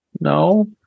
No